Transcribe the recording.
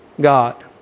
God